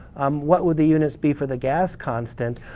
um what would the units be for the gas constant?